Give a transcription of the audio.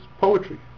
poetry